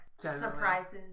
Surprises